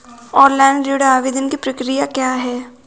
Online ऋण आवेदन की प्रक्रिया क्या है?